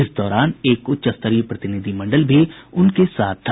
इस दौरान एक उच्चस्तरीय प्रतिनिधिमण्डल भी उनके साथ था